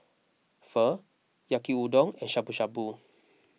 Pho Yaki Udon and Shabu Shabu